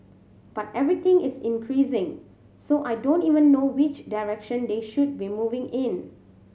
but everything is increasing so I don't even know which direction they should be moving in